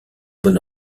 bon